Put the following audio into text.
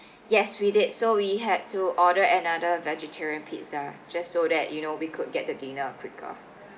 yes we did so we had to order another vegetarian pizza just so that you know we could get the dinner quicker